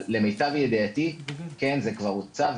אבל למיטב ידיעתי זה כבר הוצע.